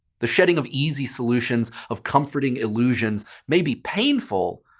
the shedding of easy solutions, of comforting illusions, may be painful,